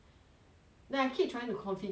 then I keep trying to configure then 不可以